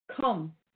Come